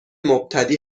مبتدی